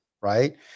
right